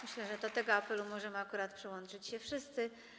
Myślę, że do tego apelu możemy akurat przyłączyć się wszyscy.